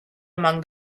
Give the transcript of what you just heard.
among